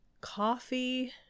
coffee